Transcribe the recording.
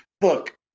Look